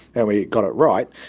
and we got it right,